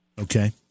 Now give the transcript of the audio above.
Okay